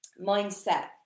Mindset